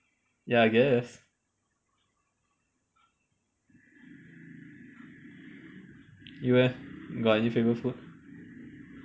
ya I guess you leh got any favourite food